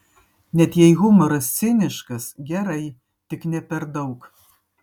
net jei humoras ciniškas gerai tik ne per daug